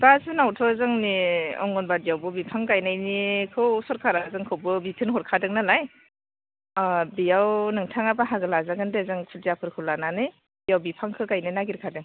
दा जुनआवथ' जोंनि आंगनबादियावबो बिफां गायनायखौ सोरखारा जोंखौबो बिथोन हरखादों नालाय अ बेयाव नोंथाङा बाहागो लाजागोन दे जों खुदियाफोरखौ लानानै बेयाव बिफांखौ गायनो नागिरखादों